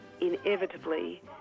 inevitably